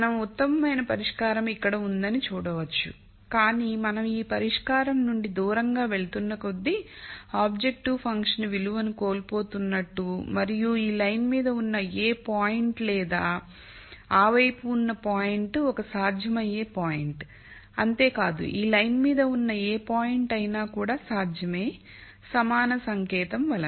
మనం ఉత్తమమైన పరిష్కారం ఇక్కడ ఉందని చూడవచ్చు కానీ మనం ఈ పరిష్కారం నుండి దూరం వెళ్తున్న కొద్దీ ఆబ్జెక్టివ్ ఫంక్షన్ విలువను కోల్పోతున్నట్లు మరియు ఈ లైన్ మీద ఉన్న ఏ పాయింట్ లేదా ఆ వైపు ఉన్న పాయింట్ ఒక సాధ్యమయ్యే పాయింట్అంతేకాదు ఈ లైన్ మీద ఉన్న ఏ పాయింట్ అయినా కూడా సాధ్యమే సమానత సంకేతం వల్ల